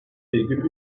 virgül